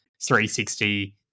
360